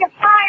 fire